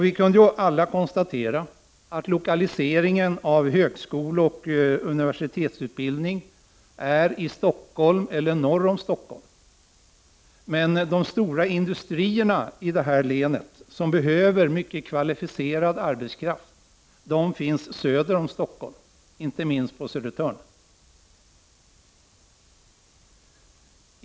Vi kunde alla konstatera att högskoleoch universitetsutbildningen är lokaliserad till Stockholm eller norr om Stockholm, men de stora industrierna i länet som behöver mycket kvalificerad arbetskraft finns söder om Stockholm, inte minst på Södertörn.